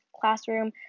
classroom